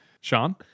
Sean